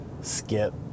Skip